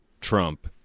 trump